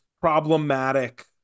problematic